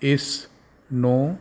ਇਸ ਨੂੰ